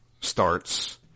starts